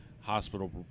hospital